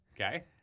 Okay